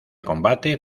combate